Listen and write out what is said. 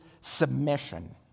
submission